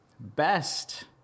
best